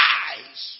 eyes